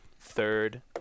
third